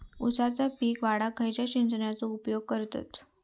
ऊसाचा पीक वाढाक खयच्या सिंचनाचो उपयोग करतत?